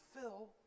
fill